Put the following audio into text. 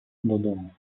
додому